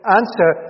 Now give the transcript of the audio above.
answer